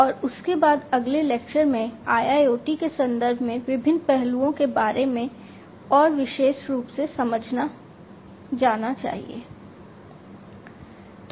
और उसके बाद अगले लेक्चर में IIoT के संदर्भ में विभिन्न पहलुओं के बारे में और विशेष रूप से समझा जाना चाहिए